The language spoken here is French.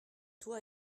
toi